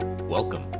Welcome